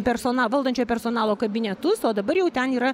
persona valdančiojo personalo kabinetus o dabar jau ten yra